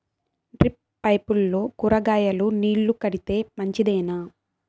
Drip పైపుల్లో కూరగాయలు నీళ్లు కడితే మంచిదేనా?